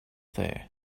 there